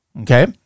Okay